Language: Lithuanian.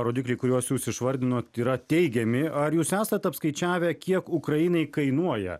rodikliai kuriuos jūs išvardinot yra teigiami ar jūs esat apskaičiavę kiek ukrainai kainuoja